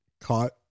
caught